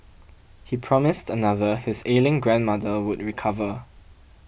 he promised another his ailing grandmother would recover